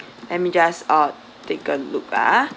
let me just uh take a look ah